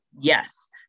Yes